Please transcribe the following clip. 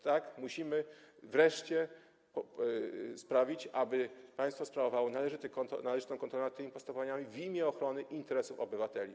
Tak, musimy wreszcie sprawić, aby państwo sprawowało należytą kontrolę nad tymi postępowaniami w imię ochrony interesów obywateli.